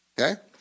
Okay